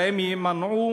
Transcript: והאם ימנעו